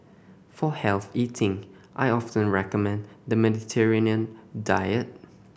for healthy eating I often recommend the Mediterranean diet